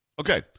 Okay